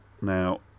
Now